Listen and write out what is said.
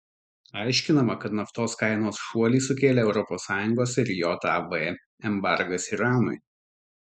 aiškinama kad naftos kainos šuolį sukėlė europos sąjungos ir jav embargas iranui